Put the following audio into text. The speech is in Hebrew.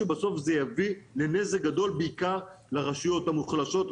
- בסוף זה יביא בעיקר לנזק גדול לרשויות המוחלשות,